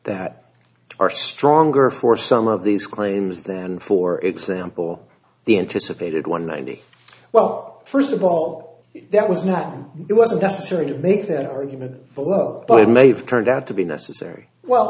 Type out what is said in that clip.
that are stronger for some of these claims than for example the anticipated one id well first of all that was not it wasn't necessary to make that argument book but it may have turned out to be necessary well